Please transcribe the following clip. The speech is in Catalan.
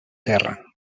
terra